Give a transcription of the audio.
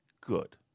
good